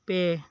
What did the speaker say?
ᱯᱮ